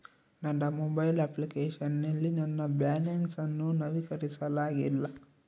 ನನ್ನ mobile application ನಲ್ಲಿ ನನ್ನ ಬ್ಯಾಲೆನ್ಸ್ ಅನ್ನು ನವೀಕರಿಸಲಾಗಿಲ್ಲ